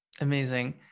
Amazing